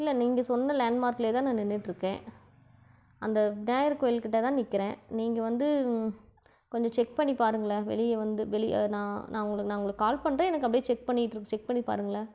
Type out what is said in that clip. இல்லி நீங்கள் சொன்ன லேண்ட்மார்க்லேதான் நான் நின்னுட்டிருக்கேன் அந்த விநாயகர் கோயில்கிட்ட தான் நிகற்கறேன் நீங்கள் வந்து கொஞ்சம் செக் பண்ணி பாருங்களேன் வெளியே வந்து வெளியே நான் நான் உங்களுக்கு நான் உங்களுக்கு கால் பண்ணுறேன் எனக்கு அப்படியே செக் பண்ணிட்டு செக் பண்ணி பாருங்களேன்